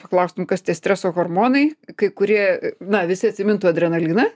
paklaustum kas tie streso hormonai kai kurie na visi atsimintų adrenaliną